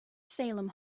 salem